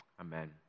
Amen